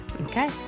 Okay